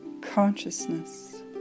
consciousness